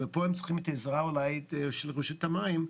פה הם צריכים את העזרה אולי של רשות המים,